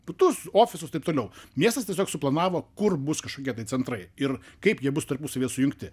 butus ofisus taip toliau miestas tiesiog suplanavo kur bus kažkokie tai centrai ir kaip jie bus tarpusavyje sujungti